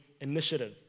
initiative